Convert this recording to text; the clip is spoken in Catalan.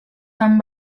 fan